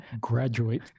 graduate